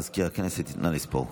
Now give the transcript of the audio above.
מזכיר הכנסת, נא לספור.